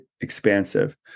expansive